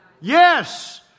Yes